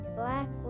black